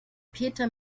peter